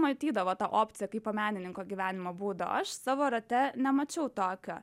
matydavo tą opciją kaipo menininko gyvenimo būdo aš savo rate nemačiau tokio